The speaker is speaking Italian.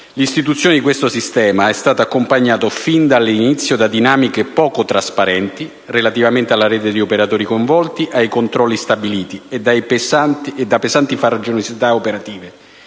L'istituzione di questo sistema è stata accompagnata fin dall'inizio da dinamiche poco trasparenti relativamente alla rete di operatori coinvolti e ai controlli stabiliti e da pesanti farraginosità operative;